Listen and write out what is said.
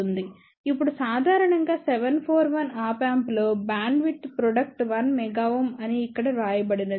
ఇప్పుడు సాధారణంగా 741 op amp లో బ్యాండ్ విడ్త్ ప్రొడక్ట్ 1 MHz అని ఇక్కడ వ్రాయబడినది